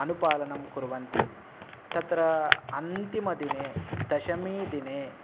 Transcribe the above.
अनुपालनं कुर्वन्ति तत्र अन्तिमदिने दशमीदिने